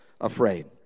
afraid